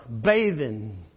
bathing